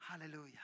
Hallelujah